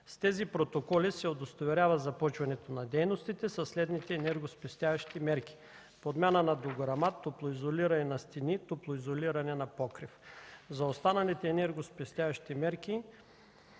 С тези протоколи се удостоверява започването на дейностите със следните енергоспестяващи мерки: подмяна на дограма, топлоизолиране на стени, топлоизолиране на покрив. За останалите енергоспестяващи мерки